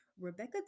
Rebecca